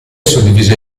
suddiviso